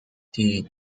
die